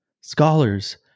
scholars